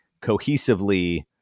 cohesively